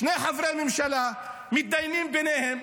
שני חברי ממשלה מתדיינים ביניהם,